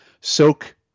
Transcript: soak